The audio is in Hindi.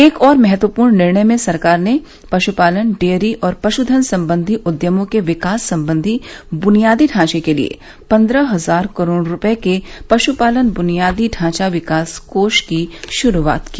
एक और महत्वपूर्ण निर्णय में सरकार ने पशुपालन डेयरी और पशुधनसंबंधी उद्यमों के विकास संबंधी बुनियादी ढांचे के लिए पन्द्रह हजार करोड़ रुपये के पशुपालन बुनियादी ढांचा विकास कोष की शुरुआत की